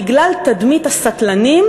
בגלל תדמית הסטלנים,